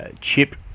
chip